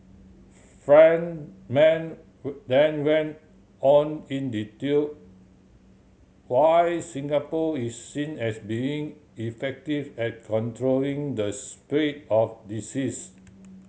Friedman then went on in detail why Singapore is seen as being effective at controlling the spread of diseases